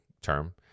term